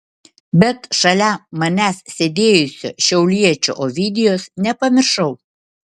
bet šalia manęs sėdėjusio šiauliečio ovidijaus nepamiršau